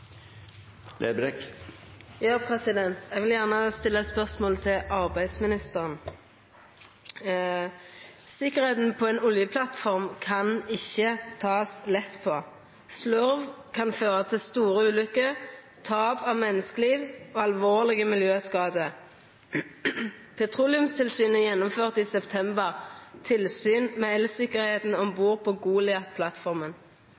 arbeidsministeren. Sikkerheita på ei oljeplattform kan ikkje takast lett på. Slurv kan føra til store ulykker, tap av menneskeliv og alvorlege miljøskadar. Petroleumstilsynet gjennomførte i september tilsyn med